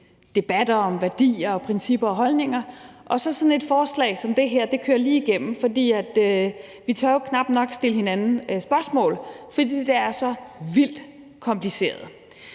spørgsmål om værdier, principper og holdninger, og så kører sådan et forslag som det her lige igennem, fordi vi jo knap nok tør stille hinanden spørgsmål, fordi det er så vildt kompliceret.